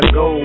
go